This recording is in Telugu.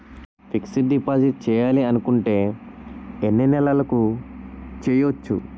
ఫిక్సడ్ డిపాజిట్ చేయాలి అనుకుంటే ఎన్నే నెలలకు చేయొచ్చు?